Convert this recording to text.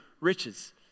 riches